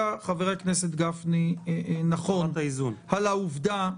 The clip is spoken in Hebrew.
חבר הכנסת גפני נכון על העובדה -- מבחינת האיזון.